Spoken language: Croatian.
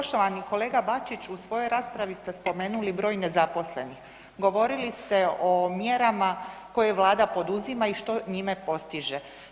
Poštovani kolega Bačiću, u svojoj raspravi ste spomenuli broj nezaposlenih, govorili ste o mjerama koje vlada poduzima i što njime postiže.